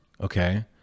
Okay